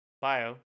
bio